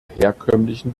herkömmlichen